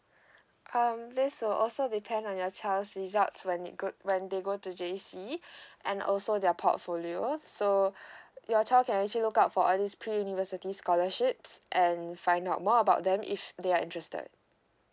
um they so also depends on your child's results when it good when they go to J_C and also their portfolios so your child can actually look out for others pre university scholarships and find out more about them if they are interested